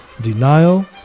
denial